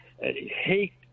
hate